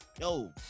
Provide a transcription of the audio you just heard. yo